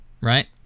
right